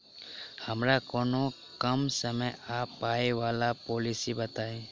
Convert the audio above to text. हमरा कोनो कम समय आ पाई वला पोलिसी बताई?